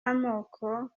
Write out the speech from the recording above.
amoko